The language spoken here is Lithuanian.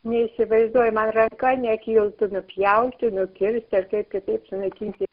neįsivaizduoju man ranka nekiltų nupjauti nukirsti ar kaip kitaip sunaikinti